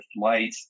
light